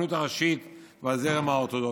הרבנות הראשית והזרם האורתודוקסי.